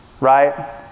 right